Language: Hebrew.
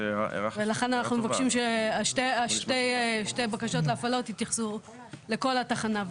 ולכן אנחנו מבקשים ששתי הבקשות להפעלות יתייחסו לכל התחנה,